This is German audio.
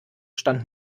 stand